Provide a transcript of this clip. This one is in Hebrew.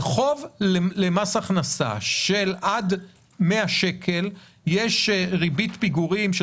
על חוב למס הכנסה של עד 100 שקל יש ריבית פיגורים של